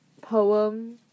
poem